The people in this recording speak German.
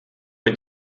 mit